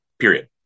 period